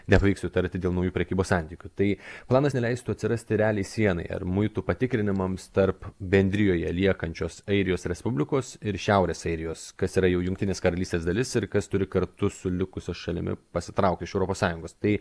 nepavyks sutarti dėl naujų prekybos santykių tai planas neleistų atsirasti realiai sienai ar muitų patikrinimams tarp bendrijoje liekančios airijos respublikos ir šiaurės airijos kas yra jau jungtinės karalystės dalis ir kas turi kartu su likusia šalimi pasitraukti iš europos sąjungos tai